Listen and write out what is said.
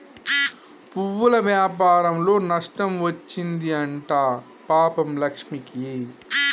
పువ్వుల వ్యాపారంలో నష్టం వచ్చింది అంట పాపం లక్ష్మికి